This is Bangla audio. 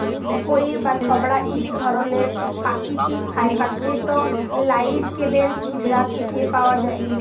কইর বা ছবড়া ইক ধরলের পাকিতিক ফাইবার যেট লাইড়কেলের ছিবড়া থ্যাকে পাউয়া যায়